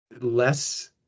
less